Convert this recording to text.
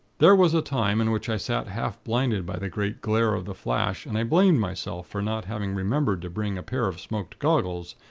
there was a time in which i sat half-blinded by the great glare of the flash, and i blamed myself for not having remembered to bring a pair of smoked goggles,